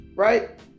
Right